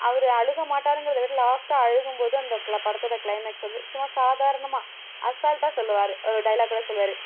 அவர் அழுகை மாட்டாருங்கிறத விட லாஸ்ட்டாக அழுகும் போது அந்த க்ள படத்தோடய க்ளைமேக்ஸ் வந்து சும்மா சாதாரணமாக அசால்ட்டாக சொல்லுவாரு ஒரு டைலாக்கோட சொல்லுவாரு